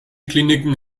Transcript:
kliniken